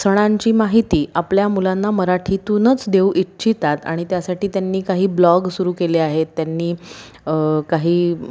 सणांची माहिती आपल्या मुलांना मराठीतूनच देऊ इच्छितात आणि त्यासाठी त्यांनी काही ब्लॉग सुरू केले आहेत त्यांनी काही